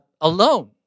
alone